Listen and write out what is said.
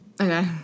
Okay